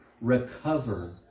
recover